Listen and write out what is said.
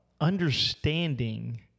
understanding